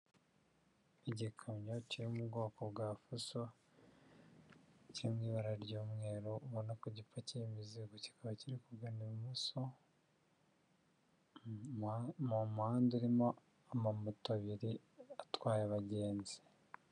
Igikamyo kiri mu bwoko bwa fuso, kiri mu ibara ry'umweru, ubona ko gipakiye imizigo, kikaba kiri kugana ibumoso, mu muhanda urimo amamoto abiri atwaye abagenzi.